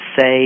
say